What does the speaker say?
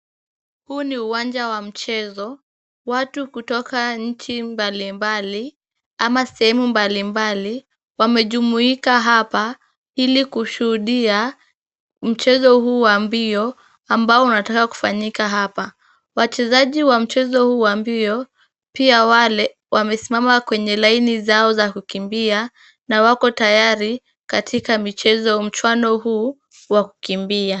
Huu ni uwanja wa michezo, watu kutoka nchi mbalimbali ama sehemu mbalimbali, wamejumuika hapa ili kushuhudia mchezo huu wa mbio, ambao unataka kufanyika hapa. Wachezaji wa mchezo huu wa mbio, pia wale wamesimama kwanye laini zao za kukimbia na wako tayari katika michezo mchuano huu wa kukimbia.